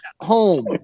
home